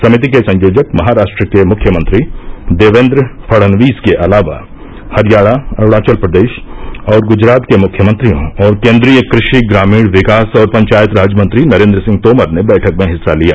समिति के संयोजक महाराष्ट्र के मुख्यमंत्री देवेन्द्र फणनवीस के अलावा हरियाणा अरूणाचल प्रदेश और गुजरात के मुख्यमंत्रियों और केन्द्रीय कृषि ग्रामीण विकास और पंचायत राज मंत्री नरेन्द्र सिंह तोमर ने बैठक में हिस्सा लिया